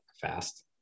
fast